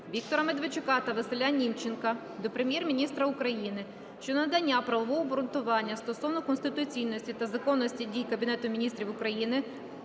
Віктора Медведчука та Василя Німченка до Прем'єр-міністра України щодо надання правового обґрунтування стосовно конституційності та законності дій Кабінету Міністрів України,